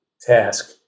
task